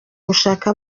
gushaka